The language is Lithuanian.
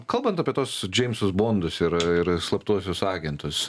kalbant apie tuos džeimsus bondus ir ir slaptuosius agentus